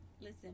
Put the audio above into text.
listen